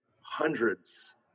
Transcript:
hundreds